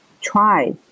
try